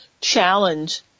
challenge